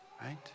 Right